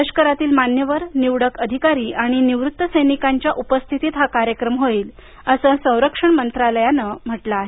लष्करातील मान्यवर निवडक अधिकारी आणि निवृत्त सैनिकांच्या उपस्थितीत हा कार्यक्रम होईल असं संरक्षण मंत्रालयानं म्हटलं आहे